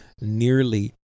nearly